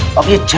of you!